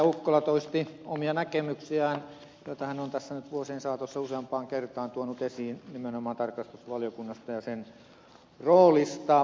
ukkola toisti omia näkemyksiään joita hän on tässä nyt vuosien saatossa useampaan kertaan tuonut esiin nimenomaan tarkastusvaliokunnasta ja sen roolista